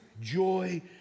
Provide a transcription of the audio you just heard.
joy